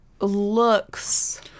looks